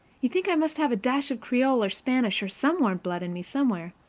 you'd think i must have a dash of creole or spanish or some warm blood in me somewhere,